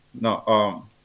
No